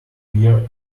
beer